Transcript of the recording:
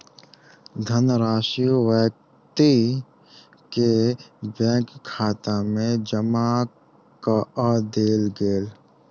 धनराशि व्यक्ति के बैंक खाता में जमा कअ देल गेल